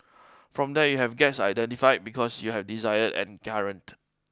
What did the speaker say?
from there you have gaps identified because you have desired and current